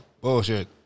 Bullshit